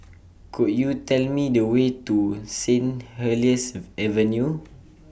Could YOU Tell Me The Way to Sin Helier's Avenue